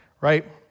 right